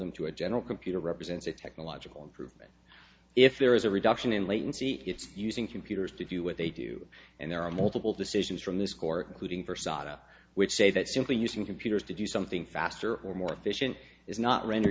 algorithm to a general computer represents a technological improvement if there is a reduction in latency it's using computers to do what they do and there are multiple decisions from this court including for sata which say that simply using computers to do something faster or more efficient is not ren